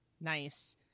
Nice